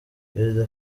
perezida